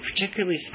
particularly